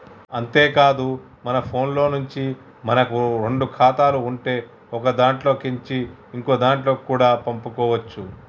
అంతేకాదు మన ఫోన్లో నుంచే మనకు రెండు ఖాతాలు ఉంటే ఒకదాంట్లో కేంచి ఇంకోదాంట్లకి కూడా పంపుకోవచ్చు